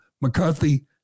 McCarthy